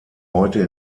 heute